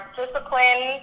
discipline